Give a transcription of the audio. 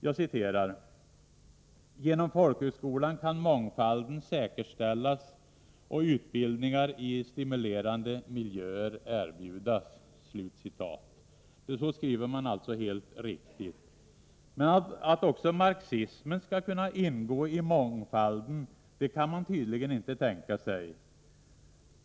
Jag citerar: ”Genom folkhögskolan kan mångfalden säkerställas och utbildningar i stimulerande miljöer erbjudas.” Så skriver motionärerna helt riktigt. Men att också marxismen skall kunna ingå i mångfalden kan man tydligen inte tänka sig.